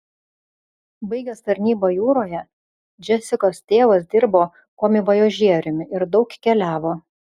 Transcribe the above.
baigęs tarnybą jūroje džesikos tėvas dirbo komivojažieriumi ir daug keliavo